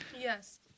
Yes